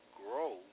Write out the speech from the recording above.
grow